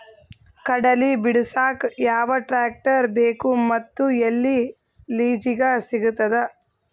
ಕಡಲಿ ಬಿಡಸಕ್ ಯಾವ ಟ್ರ್ಯಾಕ್ಟರ್ ಬೇಕು ಮತ್ತು ಎಲ್ಲಿ ಲಿಜೀಗ ಸಿಗತದ?